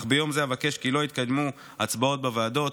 אך ביום זה אבקש כי לא יתקיימו הצבעות בוועדות,